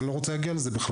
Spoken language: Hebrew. אני בכלל לא רוצה להגיע לזה,